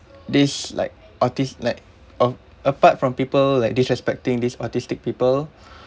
this like autis~ like uh apart from people like disrespecting this autistic people